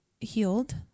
healed